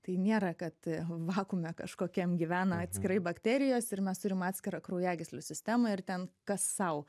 tai nėra kad vakuume kažkokiam gyvena atskirai bakterijos ir mes turim atskirą kraujagyslių sistemą ir ten kas sau